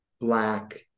black